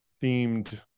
themed